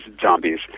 zombies